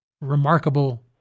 remarkable